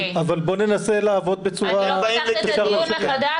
אבל בוא ננסה לעבוד בצורה --- אני לא פותחת את זה לדיון מחדש,